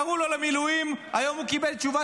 קראו לו למילואים והיום הוא קיבל תשובה